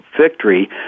victory